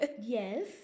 yes